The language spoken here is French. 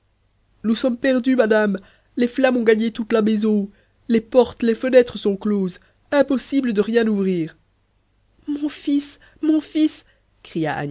nous sommes perdus madame les flammes ont gagné toute la maison les portes les fenêtres sont closes impossible de rien ouvrir mon fils mon fils